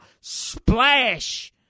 splash